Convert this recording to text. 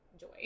joy